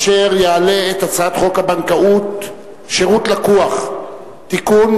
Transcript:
אשר יעלה את הצעת חוק הבנקאות (שירות ללקוח) (תיקון,